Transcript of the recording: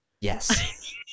yes